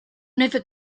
never